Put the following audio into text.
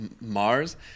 Mars